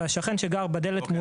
והשכן שגר בדלת מולו,